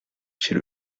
chez